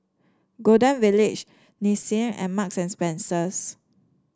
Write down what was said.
Golden Village Nissin and Marks and Spencer